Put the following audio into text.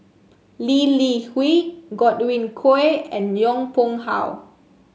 Lee Li Hui Godwin Koay and Yong Pung How